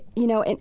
you know, and